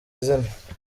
izina